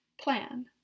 Plan